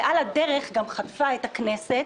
ועל הדרך גם חטפה את הכנסת,